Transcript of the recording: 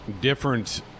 different